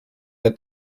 der